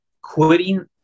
quitting